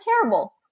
terrible